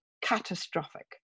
Catastrophic